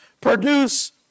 produce